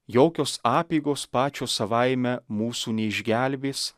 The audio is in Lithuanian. jokios apeigos pačios savaime mūsų neišgelbės